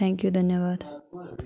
thank you धन्नवाद